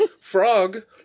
Frog